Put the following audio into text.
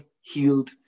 healed